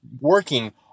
working